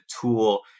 tool